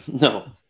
No